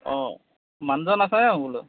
অঁ মানুহজন আছেনে বোলো